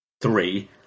three